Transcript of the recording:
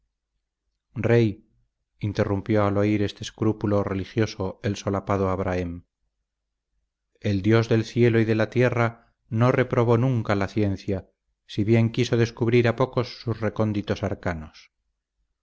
reprobado rey interrumpió al oír este escrúpulo religioso el solapado abrahem el dios del cielo y de la tierra no reprobó nunca la ciencia si bien quiso descubrir a pocos sus recónditos arcanos